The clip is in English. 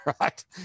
right